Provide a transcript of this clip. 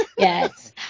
Yes